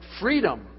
freedom